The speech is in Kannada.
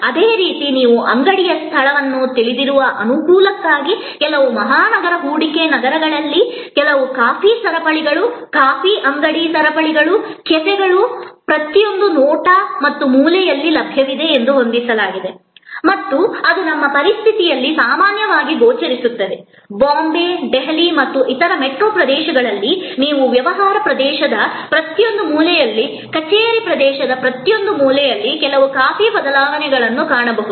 ಅದೇ ರೀತಿ ನೀವು ಅಂಗಡಿಯ ಸ್ಥಳವನ್ನು ತಿಳಿದಿರುವ ಅನುಕೂಲಕ್ಕಾಗಿ ಕೆಲವು ಮಹಾನಗರ ಹೂಡಿಕೆ ನಗರಗಳಲ್ಲಿ ಕೆಲವು ಕಾಫಿ ಸರಪಳಿಗಳು ಕಾಫಿ ಅಂಗಡಿ ಸರಪಳಿಗಳು ಕೆಫೆಗಳು ಪ್ರತಿಯೊಂದು ನೋಟ ಮತ್ತು ಮೂಲೆಯಲ್ಲಿ ಲಭ್ಯವಿದೆ ಎಂದು ಹೊಂದಿಸಲಾಗಿದೆ ಮತ್ತು ಅದು ನಮ್ಮ ಪರಿಸ್ಥಿತಿಯಲ್ಲಿ ಸಮಾನವಾಗಿ ಗೋಚರಿಸುತ್ತದೆ ಬಾಂಬೆ ದೆಹಲಿ ಮತ್ತು ಇತರ ಮೆಟ್ರೋ ಪ್ರದೇಶಗಳಲ್ಲಿ ನೀವು ವ್ಯಾಪಾರ ಪ್ರದೇಶದ ಪ್ರತಿಯೊಂದು ಮೂಲೆಯಲ್ಲಿ ಕಚೇರಿ ಪ್ರದೇಶದ ಪ್ರತಿಯೊಂದು ಮೂಲೆಯಲ್ಲೂ ಕೆಲವು ಕಾಫಿ ಬದಲಾವಣೆಗಳನ್ನು ಕಾಣಬಹುದು